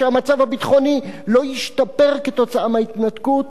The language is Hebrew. שהמצב הביטחוני לא ישתפר בגלל ההתנתקות